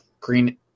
Green